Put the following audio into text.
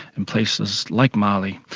in places like mali.